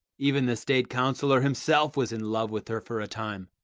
even the state councillor himself was in love with her for a time.